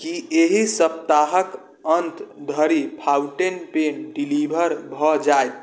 की एहि सप्ताहक अन्त धरि फाउंटेन पेन डिलीवर भए जाइत